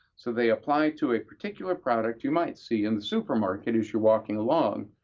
so they apply to a particular product you might see in the supermarket as you're walking along.